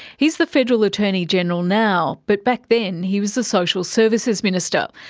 he's the federal attorney-general now, but back then he was the social services minister.